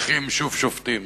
נכים שוב שובתים.